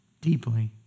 deeply